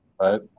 Right